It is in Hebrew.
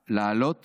הייתה להעלות